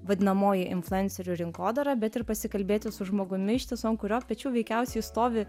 vadinamoji influencerių rinkodara bet ir pasikalbėti su žmogumi iš tiesų ant kurio pečių veikiausiai stovi